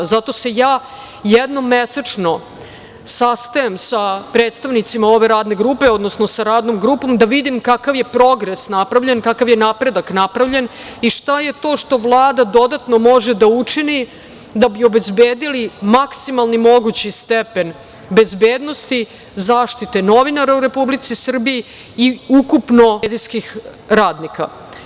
Zato se ja jednom mesečno sastajem sa predstavnicima ove Radne grupe, odnosno sa Radnom grupom da vidim kakav je progres napravljen, kakav je napredak napravljen i šta je to što Vlada dodatno može da učini da bi obezbedili maksimalni mogući stepen bezbednosti zaštite novinara u Republici Srbiji i ukupno medijskih radnika.